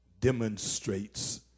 demonstrates